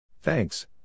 Thanks